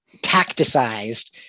Tacticized